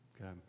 Okay